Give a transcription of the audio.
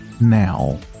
now